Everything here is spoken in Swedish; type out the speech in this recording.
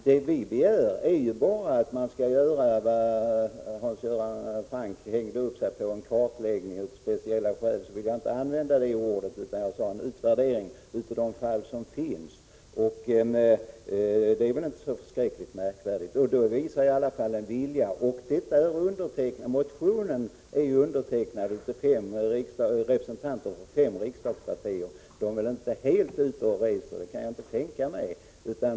Det vi begär är bara att man skall göra en utvärdering — Hans Göran Franck hängde upp sig på att jag inte begärde en ”kartläggning”, men av speciella skäl vill jag inte använda det ordet. Det är väl inte så märkvärdigt. Det visar i alla fall en vilja. Motionen är undertecknad av representanter för fem riksdagspartier. De är väl inte helt ute och reser. Det kan jag inte tänka mig.